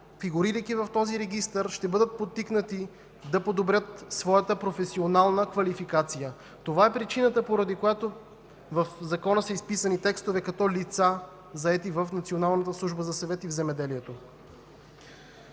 фигурирайки в този регистър, ще бъдат подтикнати да подобрят своята професионална квалификация. Това е причината, поради която в закона са изписани текстове, като „лица, заети в Националната